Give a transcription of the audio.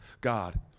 God